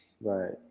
right